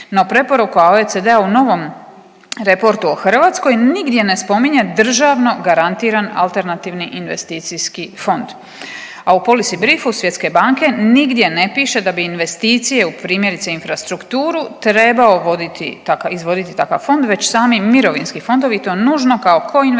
No, preporuka OECD-a u novom reportu o Hrvatskoj nigdje ne spominje državno garantiran alternativni investicijski fond. A u police brifu Svjetske banke nigdje ne piše da bi investicije u primjerice infrastrukturu trebao voditi, izvoditi takav fond već sami mirovinski fondovi i to nužno kao koinvestitor